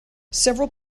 several